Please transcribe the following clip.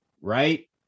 right